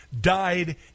died